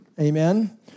Amen